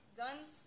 guns